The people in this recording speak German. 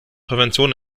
prävention